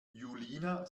julina